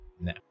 No